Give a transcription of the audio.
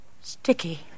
Sticky